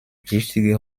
wichtige